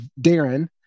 Darren